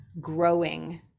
growing